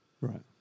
right